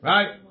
Right